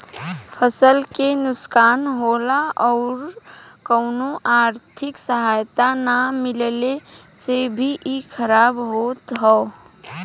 फसल के नुकसान होला आउर कउनो आर्थिक सहायता ना मिलले से भी इ खराब होत हौ